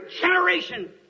generation